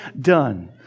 done